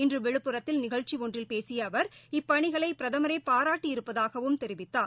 இன்றுவிழுப்புரத்தில் நிகழ்ச்சிஒன்றில் பேசியஅவர் இப்பணிகளைபிரதமரேபாராட்டி இருப்பதாகவும் தெரிவித்தார்